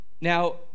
Now